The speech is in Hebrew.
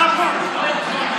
מה הוא אמר?